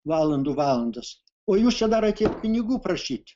valandų valandas o jūs čia dar atėjot pinigų prašyti